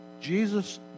Jesus